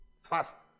fast